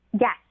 Yes